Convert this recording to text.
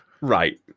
Right